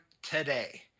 today